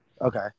Okay